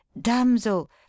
damsel